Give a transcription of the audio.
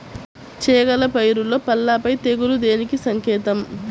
చేగల పైరులో పల్లాపై తెగులు దేనికి సంకేతం?